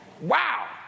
Wow